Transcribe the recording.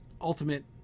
ultimate